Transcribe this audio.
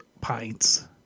Pints